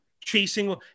Chasing